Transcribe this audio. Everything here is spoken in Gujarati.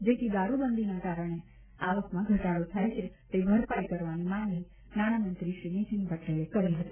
જેથી દારુબંધીના કારણે આવકમાં ઘટાડો થાય છે તે ભરપાઇ કરવાની માંગણી નાણામંત્રી નીતીનભાઇ પટેલે કરી છે